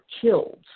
killed